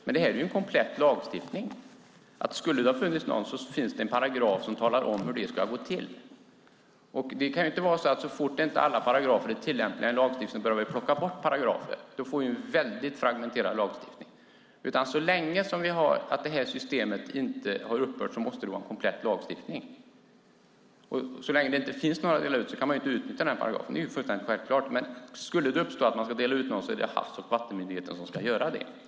Detta är dock en komplett lagstiftning, och det finns en paragraf i lagstiftningen som talar om hur det ska gå till om det finns rättigheter att dela ut. Det kan inte vara så att så fort en paragraf i en lagstiftning inte är tillämplig plockas den bort. Då får vi en väldigt fragmenterad lagstiftning. Så länge systemet inte har upphört måste lagstiftningen vara komplett. Finns det inga rättigheter att dela ut kan man självklart inte utnyttja denna paragraf. Men skulle det bli aktuellt att dela ut är det Havs och vattenmyndigheten som ska göra det.